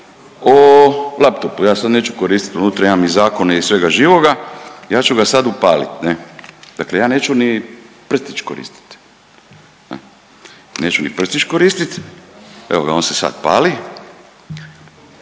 o laptopu. Ja sad neću koristiti, unutra imam i zakone i svega živoga. Ja ću ga sad upaliti, ne? Dakle, ja neću ni prstić koristiti, neću ni prstić koristiti, evo ga on se sad pali,